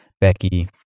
Becky